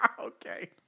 Okay